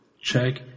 check